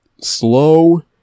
slow